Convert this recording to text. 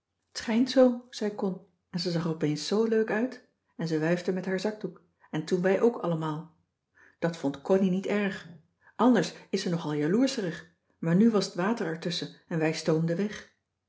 t schijnt zoo zei con en ze zag er op eens zoo leuk uit en ze wuifde met haar zakdoek en toen wij ook allemaal dat vond connie niet erg anders is ze nog al jaloerscherig maar nu was t water er tusschen en wij stoomden weg